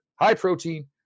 high-protein